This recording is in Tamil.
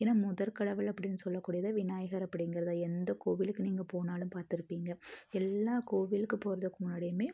ஏன்னால் முதற்கடவுள் அப்படின்னு சொல்லக்கூடியது விநாயகர் அப்படிங்கறது தான் எந்தக் கோவிலுக்கு நீங்கள் போனாலும் பார்த்திருப்பீங்க எல்லா கோவிலுக்குப் போகிறதுக்கு முன்னாடியுமே